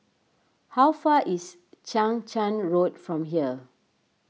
how far is Chang Charn Road from here